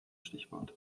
stichwort